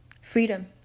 freedom